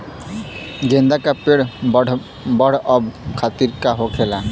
गेंदा का पेड़ बढ़अब खातिर का होखेला?